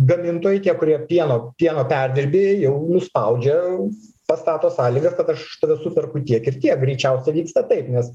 gamintojai tie kurie pieno pieno perdirbėjai jau spaudžia pastato sąlygas kad aš superku tiek ir tiek greičiausia vyksta taip nes